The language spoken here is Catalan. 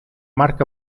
marc